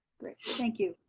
great, thank you,